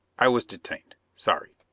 i was detained. sorry.